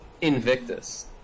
Invictus